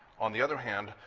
on the other hand,